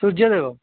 ସୂର୍ଯ୍ୟ ଦେବ